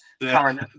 current